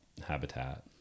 habitat